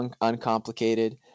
uncomplicated